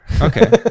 Okay